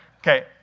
Okay